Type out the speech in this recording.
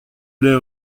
lait